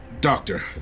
Doctor